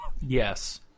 Yes